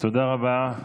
תודה רבה.